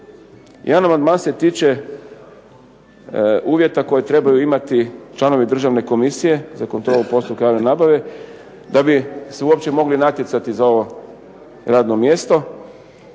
jedan amandman se tiče uvjeta koje trebaju imati članovi Državne komisije za kontrolu postupaka javne nabave da bi se uopće mogli natjecati za ovo radno mjesto,